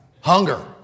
Hunger